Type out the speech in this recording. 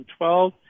2012